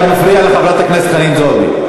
אתה מפריע לחברת הכנסת חנין זועבי.